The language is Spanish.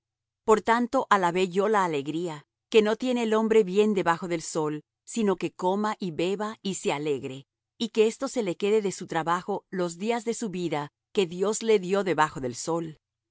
por tanto alabé yo la alegría que no tiene el hombre bien debajo del sol sino que coma y beba y se alegre y que esto se le quede de su trabajo los días de su vida que dios le dió debajo del sol